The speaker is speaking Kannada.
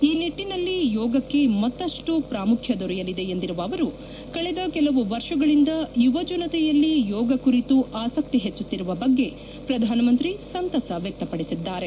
ಈ ನಿಟ್ಟನಲ್ಲಿ ಯೋಗಕ್ಕೆ ಮತ್ತಷ್ಟು ಪ್ರಾಮುಖ್ಯ ದೊರೆಯಲಿದೆ ಎಂದಿರುವ ಅವರು ಕಳೆದ ಕೆಲವು ವರ್ಷಗಳಿಂದ ಯುವ ಜನತೆಯಲ್ಲಿ ಯೋಗ ಕುರಿತು ಆಸಕ್ತಿ ಹೆಚ್ಚುತ್ತಿರುವ ಬಗ್ಗೆ ಪ್ರಧಾನಮಂತ್ರಿ ಸಂತಸ ವ್ಯಕ್ತಪಡಿಸಿದ್ದಾರೆ